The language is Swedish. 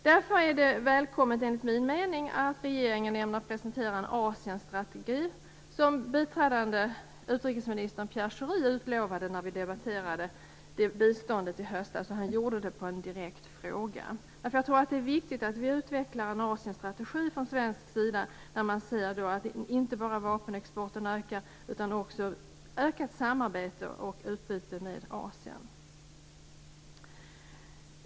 Därför är det enligt min mening välkommet att regeringen ämnar presentera en Asienstrategi, som biträdande utrikesminister Pierre Schori på en direkt fråga utlovade när vi debatterade biståndet i höstas. Det är viktigt att vi utvecklar en Asienstrategi från svensk sida, så att inte bara vapenexporten ökar utan också samarbetet och utbytet med Asien.